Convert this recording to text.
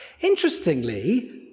Interestingly